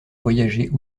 voyager